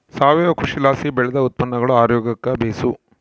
ಸಾವಯವ ಕೃಷಿಲಾಸಿ ಬೆಳ್ದ ಉತ್ಪನ್ನಗುಳು ಆರೋಗ್ಯುಕ್ಕ ಬೇಸು